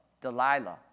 Delilah